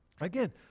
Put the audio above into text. Again